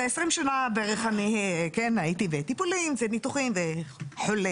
ו- 20 שנה בערך הייתי בטיפולים וניתוחים וכו',